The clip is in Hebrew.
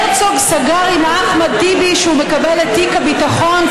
הרצוג סגר עם אחמד טיבי שהוא מקבל את תיק הביטחון,